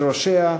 שראשיה,